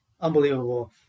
Unbelievable